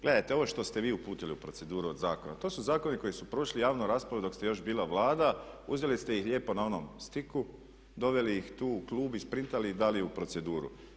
Gledajte ovo što ste vi uputili u proceduru od zakona to su zakoni koji su prošli javnu raspravu dok ste još bili Vlada, uzeli ste ih lijepo na onom stiku, doveli ih tu u klub, isprintali i dali u proceduru.